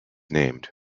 named